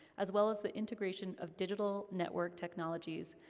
as well as the integration of digital network technologies,